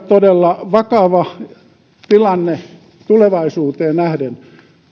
todella vakava tilanne tulevaisuuteen nähden